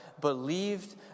believed